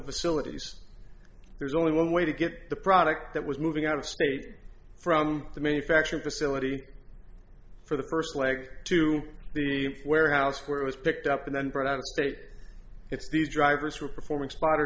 facilities there's only one way to get the product that was moving out of state from the manufacturing facility for the st leg to the warehouse where it was picked up and then brought out of state if these drivers who are performing spotter